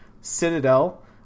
citadel